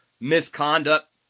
misconduct